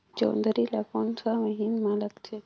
जोंदरी ला कोन सा महीन मां लगथे?